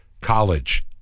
college